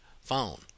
phone